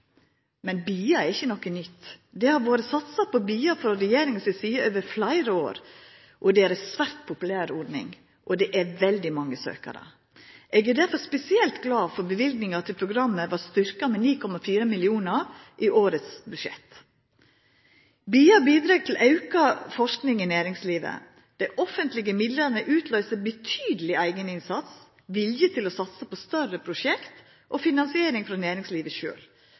Men BIA er ikkje noko nytt. Det har vore satsa på BIA frå regjeringa si side over fleire år. Det er ei svært populær ordning, og det er veldig mange søkjarar. Eg er derfor spesielt glad for at løyvinga til programmet vart styrka med 9,4 mill. kr i årets budsjett. BIA bidreg til auka forsking i næringslivet. Dei offentlege midlane løyser ut betydeleg eigeninnsats, vilje til å satsa på større prosjekt og finansiering frå næringslivet